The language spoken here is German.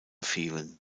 fehlen